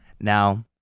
Now